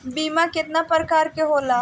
बीमा केतना प्रकार के होला?